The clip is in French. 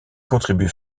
contribue